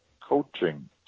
coaching